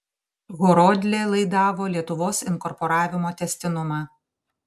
horodlė laidavo lietuvos inkorporavimo tęstinumą